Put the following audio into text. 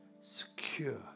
secure